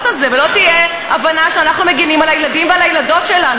הזה ולא תהיה הבנה שאנחנו מגינים על הילדים ועל הילדות שלנו.